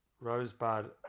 Rosebud